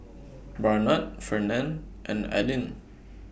Barnard Fernand and Alline